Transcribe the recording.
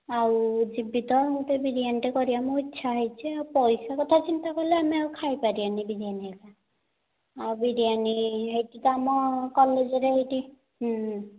ଆଉ ଯିବି ତ ଗୋଟେ ବିରିୟାନୀଟେ କରିବା ମୋ ଇଛା ହେଇଛି ଆଉ ପଇସା କଥା ଚିନ୍ତା କଲେ ଆମେ ଆଉ ଖାଇପାରିବାନି ବିରିୟାନୀ ହେରିକା ଆଉ ବିରିୟାନୀ ଏଠି ତ ଆମ କଲେଜରେ ହେଟି